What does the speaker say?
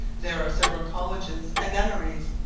there are several colleges and nunneries,